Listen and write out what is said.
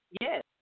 yes